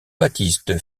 baptiste